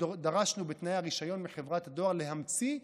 דרשנו בתנאי הרישיון מחברת דואר להמציא,